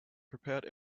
prepared